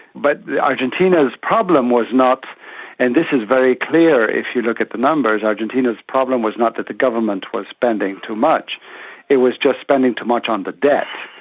but argentina's problem was not and this is very clear if you look at the numbers argentina's problem was not that the government was spending too much it was just spending too much on the debt.